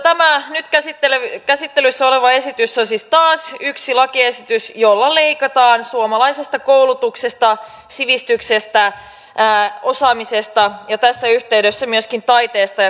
tämä nyt käsittelyssä oleva esitys on siis taas yksi lakiesitys jolla leikataan suomalaisesta koulutuksesta sivistyksestä osaamisesta ja tässä yhteydessä myöskin taiteesta ja kulttuurista